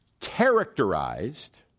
characterized